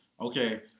Okay